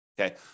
okay